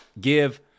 give